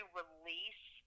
release